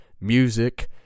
music